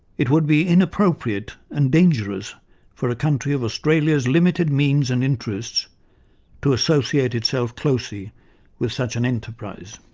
it would be inappropriate and dangerous for country of australia's limited means and interests to associate itself closely with such an enterprise.